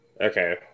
Okay